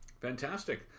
fantastic